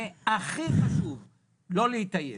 והכי חשוב - לא להתעייף.